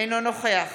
אינו נוכח